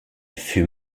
fût